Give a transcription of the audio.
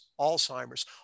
Alzheimer's